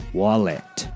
wallet